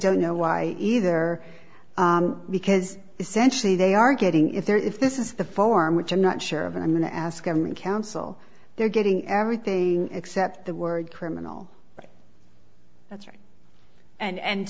don't know why either because essentially they are getting if they're if this is the form which i'm not sure of i'm going to ask him counsel they're getting everything except the word criminal that's right and